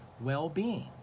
well-being